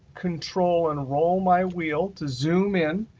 control, and roll my wheel to zoom in.